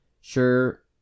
Sure